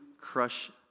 crush